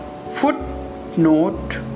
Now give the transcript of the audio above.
Footnote